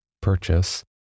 Purchase